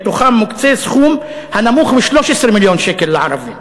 מהם מוקצה סכום נמוך מ-13 מיליון שקל לערבים.